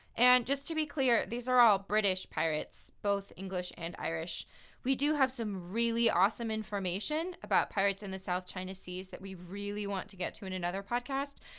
and just to be clear, these are all british pirates, both english and irish we do have some really awesome information about pirates in the south china seas that we really want to get to in another podcast.